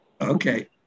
Okay